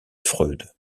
freud